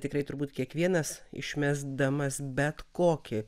tikrai turbūt kiekvienas išmesdamas bet kokį